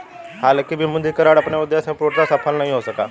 हालांकि विमुद्रीकरण अपने उद्देश्य में पूर्णतः सफल नहीं हो सका